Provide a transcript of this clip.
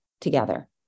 together